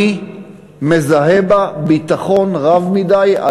אני מזהה בה ביטחון רב מדי,